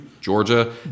Georgia